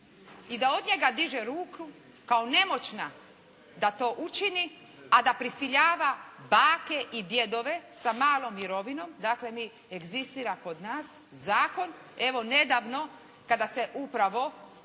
i da od njega diže ruku kao nemoćna da to učini, a da prisiljava bake i djedove sa malom mirovinom, dakle egzistira kod nas zakon evo nedavno kada se upravo to